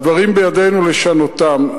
הדברים בידנו לשנותם.